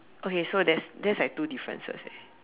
okay so that's that's like two differences eh